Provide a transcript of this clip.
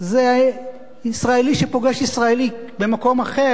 זה ישראלי שפוגש ישראלי במקום אחר.